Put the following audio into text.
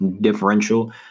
differential